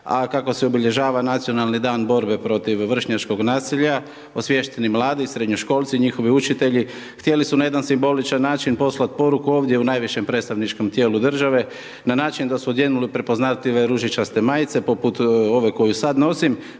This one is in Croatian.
a kako se obilježava Nacionalni dan borbe protiv vršnjačkog nasilja, osviješteni mladi, srednjoškolci i njihovi učitelji htjeli su na jedan simboličan način poslati poruku ovdje u najvišem predstavničkom tijelu države na način da su odjenuli prepoznatljive ružičaste majice, poput ove koju sad nosim,